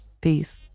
Peace